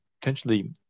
potentially